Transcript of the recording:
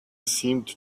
seemed